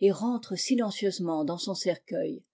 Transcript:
et rentre silencieusement dans son cercueil